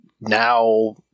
now